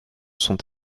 sont